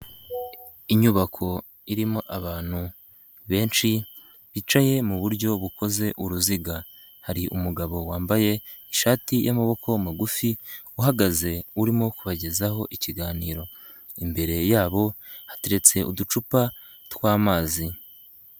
Inyubako irimo abantu benshi bicaye mu buryo bukoze uruziga, hari umugabo wambaye ishati y'amaboko magufi uhagaze urimo kubagezaho ikiganiro, imbere yabo hateretse uducupa tw'amazi.